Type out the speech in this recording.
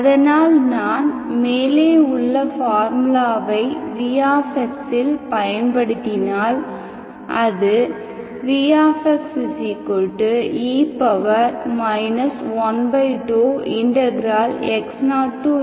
அதனால் நான் மேலே உள்ள பார்முலாவை v இல் பயன்படுத்தினால்அது vxe 12x0xptdt